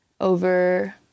over